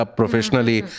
professionally